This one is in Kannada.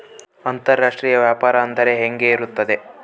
ಅಂತರಾಷ್ಟ್ರೇಯ ವ್ಯಾಪಾರ ಅಂದರೆ ಹೆಂಗೆ ಇರುತ್ತದೆ?